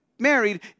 married